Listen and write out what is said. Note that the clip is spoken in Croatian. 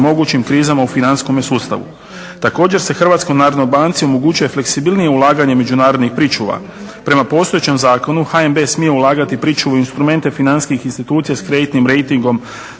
Hrvatskoj narodnoj banci